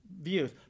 views